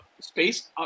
space